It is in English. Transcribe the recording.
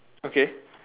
okay